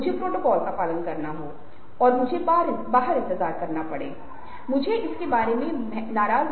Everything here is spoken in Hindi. होंट नीचे मोड दिये गये है